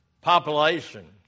population